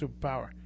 superpower